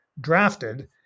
drafted